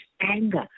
anger